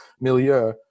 milieu